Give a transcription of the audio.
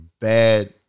bad